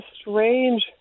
strange